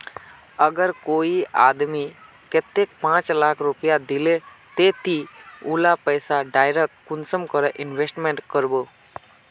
अगर कोई आदमी कतेक पाँच लाख रुपया दिले ते ती उला पैसा डायरक कुंसम करे इन्वेस्टमेंट करबो?